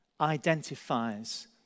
identifies